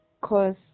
cause